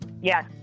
Yes